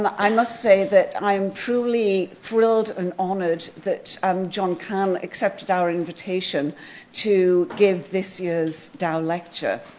um i must say that i am truly thrilled and honored that um john cahn accepted our invitation to give this year's dow lecture.